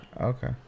Okay